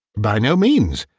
by no means.